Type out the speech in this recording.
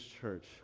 church